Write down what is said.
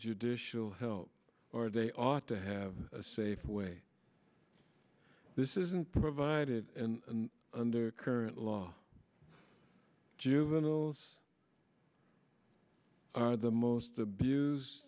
judicial help or they ought to have a safe way this isn't provided and under current law juveniles are the most abuse